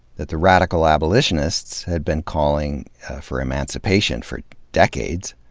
that the radical abolitionists had been calling for emancipation for decades,